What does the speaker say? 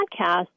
podcast